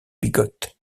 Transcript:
bigote